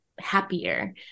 happier